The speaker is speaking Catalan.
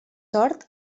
sort